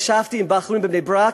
ישבתי עם בחורים בבני-ברק,